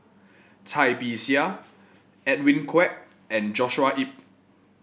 Cai Bixia Edwin Koek and Joshua Ip